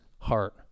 heart